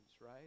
right